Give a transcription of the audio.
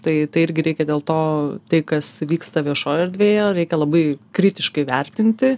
tai tai irgi reikia dėl to tai kas vyksta viešoje erdvėje reikia labai kritiškai vertinti